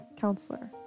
counselor